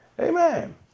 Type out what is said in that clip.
Amen